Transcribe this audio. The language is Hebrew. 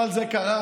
אבל זה קרה,